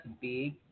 big